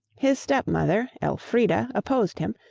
his step-mother, elfrida, opposed him,